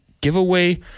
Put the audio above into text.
giveaway